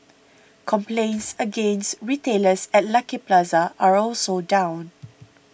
complaints against retailers at Lucky Plaza are also down